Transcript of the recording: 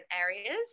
areas